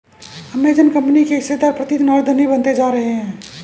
Amazon company के हिस्सेदार प्रतिदिन और धनी बनते जा रहे हैं